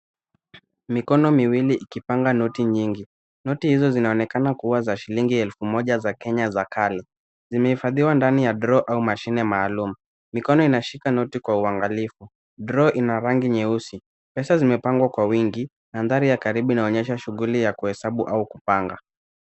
Mikono miwili ikipanga noti nyingi. Noti hizo zinaonekana . Noti hizo zinaonekana kuwa za shilingi elfu mbili za kale. Zimehifadhiwa ndani ya draw au mashine maalum. Mikono inashika noti kwa uangalifu. Draw ina rangi nyeusi. Pesa zimepangwa kwa wingi . Madhari ya karibu inaonyesha shughuli ya kuhesabu au kupanga.